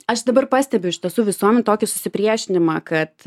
aš dabar pastebiu iš tiesų visuomet tokį susipriešinimą kad